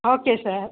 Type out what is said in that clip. okay sir